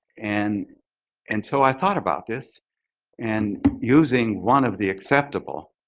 and and so i thought about this and using one of the acceptable